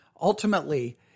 ultimately